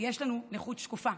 יש לנו נכות שקופה,